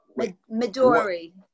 Midori